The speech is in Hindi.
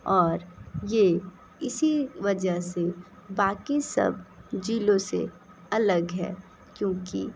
और ये इसी वजह से बाकी सब ज़िलों से अलग है क्योंकि